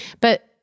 But-